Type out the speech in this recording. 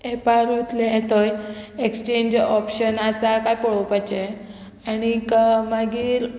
एपार वतले थंय exchange option आसा काय पळोवपाचें आनीक मागीर